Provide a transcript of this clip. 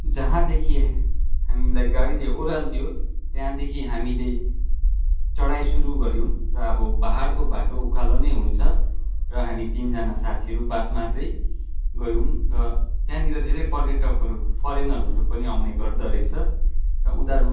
जहाँदेखि हामीलाई गाडीले ओह्रालिदियो त्यहाँदेखि हामीले चढाइ सुरु गऱ्यौँ र अब पाहाडको बाटो उकालो नै हुन्छ र हामी तिनजना साथीहरू बात मार्दै गयौँ र त्यहाँनिर धेरै पर्यटकहरू फरेनरहरू पनि आउने गर्दोरहेछ र उनीहरू